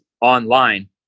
online